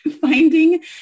finding